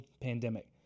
pandemic